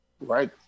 Right